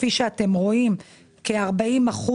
כפי שאתם רואים, כ-40%